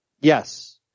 Yes